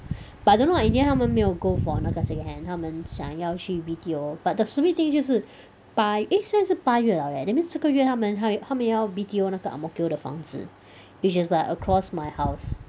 but I don't know lah in the end 他们没有 go for 那个 second-hand 他们想要去 B_T_O but the stupid thing 就是八 eh 所以是八月 liao leh that means 这个月他们他们要 B_T_O 那个 Ang Mo Kio 的房子 which is like across my house